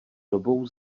dobou